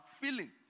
feeling